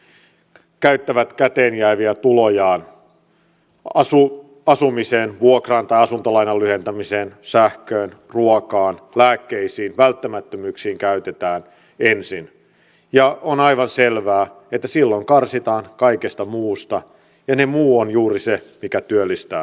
kun ihmiset käyttävät käteen jääviä tulojaan asumiseen vuokraan tai asuntolainan lyhentämiseen sähköön ruokaan lääkkeisiin välttämättömyyksiin käytetään ensin ja on aivan selvää että silloin karsitaan kaikesta muusta ja se muu on juuri se mikä työllistää markkinoilla